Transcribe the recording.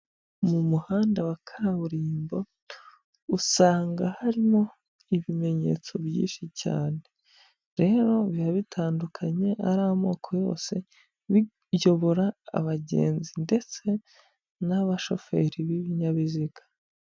Mu muhanda wa kaburimbo, usanga harimo ibimenyetso byinshi cyane. Rero biba bitandukanye ari amoko yose biyobora abagenzi ndetse n'abashoferi b'ibinyabiziga.